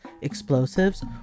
explosives